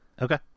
Okay